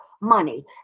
money